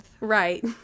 Right